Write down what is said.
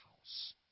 house